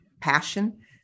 passion